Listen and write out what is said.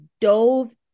dove